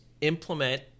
implement